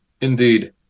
Indeed